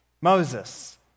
Moses